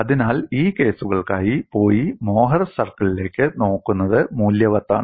അതിനാൽ ഈ കേസുകൾക്കായി പോയി മോഹർ സർക്കിളിലേക്ക് നോക്കുന്നത് മൂല്യവത്താണ്